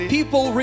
people